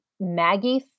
Maggie